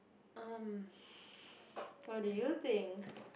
um what do you think